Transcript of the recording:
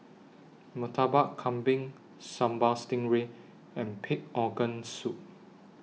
Murtabak Kambing Sambal Stingray and Pig Organ Soup